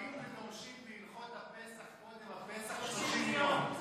שואלים ודורשים בהלכות הפסח קודם הפסח 30 יום.